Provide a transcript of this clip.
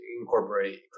incorporate